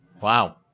Wow